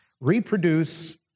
Reproduce